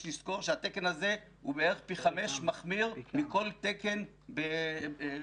יש לזכור שהתקן הזה מחמיר פי 5 מכל תקן באירופה,